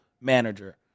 manager